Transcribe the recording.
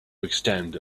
extend